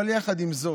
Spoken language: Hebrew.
יחד עם זאת,